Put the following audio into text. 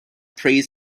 prays